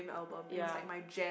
ya